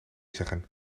zeggen